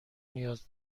نیاز